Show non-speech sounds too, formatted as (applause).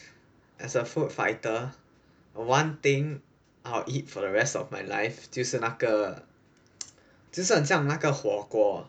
as a food fighter one thing I'll eat for the rest of my life 就是那个 (noise) 就是很像那个火锅